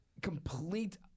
complete